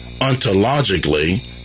ontologically